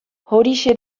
horixe